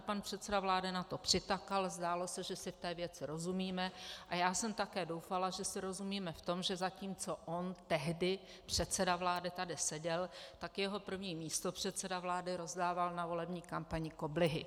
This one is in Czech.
Pan předseda vlády na to přitakal, zdálo se, že si v té věci rozumíme, a já jsem také doufala, že si rozumíme v tom, že zatímco on tehdy, předseda vlády, tady seděl, tak jeho první místopředseda vlády rozdával na volební kampani koblihy.